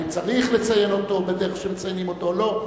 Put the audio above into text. האם צריך לציין אותו בדרך שמציינים אותו או לא?